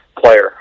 player